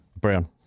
Brown